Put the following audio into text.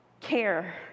Care